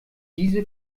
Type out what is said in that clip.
diese